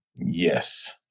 Yes